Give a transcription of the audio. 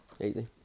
Easy